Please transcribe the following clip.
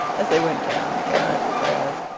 as they went down the garret stairs.